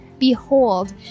Behold